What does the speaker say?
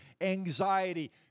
anxiety